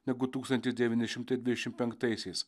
negu tūkstantis devyni šimtai dvidešim penktaisiais